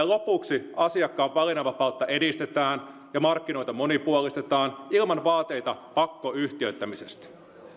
lopuksi asiakkaan valinnanvapautta edistetään ja markkinoita monipuolistetaan ilman vaateita pakkoyhtiöittämisestä